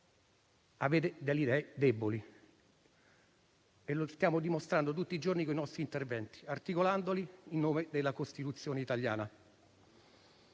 Avete delle idee deboli e lo stiamo dimostrando tutti i giorni con i nostri interventi, articolandoli in nome della Costituzione italiana.